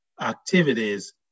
activities